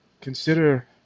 Consider